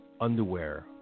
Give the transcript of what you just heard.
underwear